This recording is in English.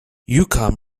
yukon